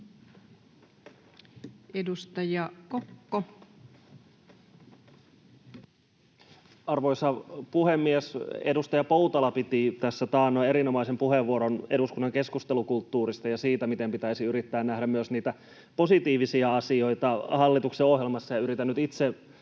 Edustaja Kokko. Arvoisa puhemies! Edustaja Poutala piti tässä taannoin erinomaisen puheenvuoron eduskunnan keskustelukulttuurista ja siitä, miten pitäisi yrittää nähdä myös niitä positiivisia asioita hallituksen ohjelmassa, ja yritän nyt